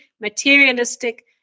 materialistic